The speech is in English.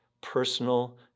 personal